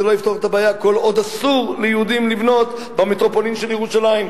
זה לא יפתור את הבעיה כל עוד אסור ליהודים לבנות במטרופולין של ירושלים,